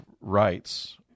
rights